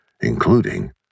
including